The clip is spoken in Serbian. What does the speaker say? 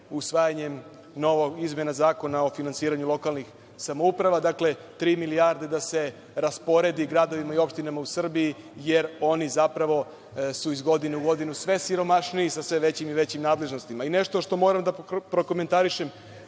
usvajanjem nove izmene Zakona o finansiranju lokalnih samouprava. Dakle, tri milijarde da se rasporedi gradovima i opštinama u Srbiji, jer oni zapravo su iz godine u godinu sve siromašniji, sa sve većim i većim nadležnostima. Nešto što moram da prokomentarišem